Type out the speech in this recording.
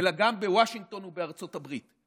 אלא גם בוושינגטון ובארצות הברית,